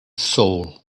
soul